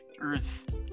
earth